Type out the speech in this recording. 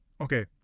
Okay